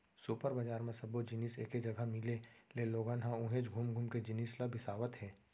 super बजार म सब्बो जिनिस एके जघा मिले ले लोगन ह उहेंच घुम घुम के जिनिस ल बिसावत हे